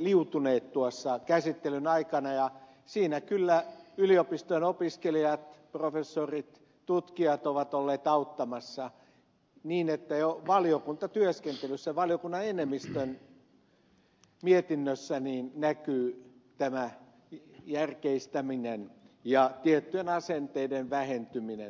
liutuneet tuossa käsittelyn aikana ja siinä kyllä yliopistojen opiskelijat professorit tutkijat ovat olleet auttamassa niin että jo valiokuntatyöskentelyssä valiokunnan enemmistön mietinnössä näkyy tämä järkeistäminen ja tiettyjen asenteiden vähentyminen